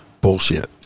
bullshit